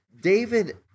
David